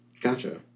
Gotcha